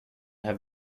have